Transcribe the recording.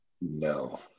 No